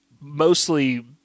mostly